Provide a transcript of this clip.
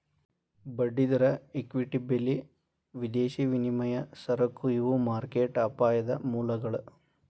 ಬಡ್ಡಿದರ ಇಕ್ವಿಟಿ ಬೆಲಿ ವಿದೇಶಿ ವಿನಿಮಯ ಸರಕು ಇವು ಮಾರ್ಕೆಟ್ ಅಪಾಯದ ಮೂಲಗಳ